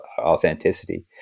authenticity